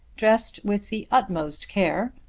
dressed with the utmost care,